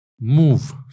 Move